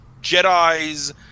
Jedi's